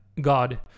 God